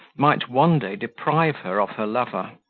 might one day deprive her of her lover,